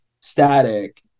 Static